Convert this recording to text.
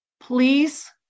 please